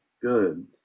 Good